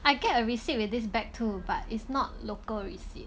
I get a receipt with this bag too but it's not local receipt